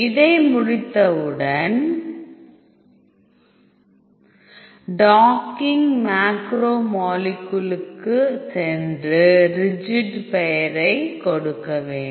இதை முடித்தவுடன் docking macro மாலிக்குலுக்கு சென்று ரிஜிட் பெயரை கொடுக்க வேண்டும்